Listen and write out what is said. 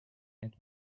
and